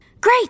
Great